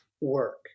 work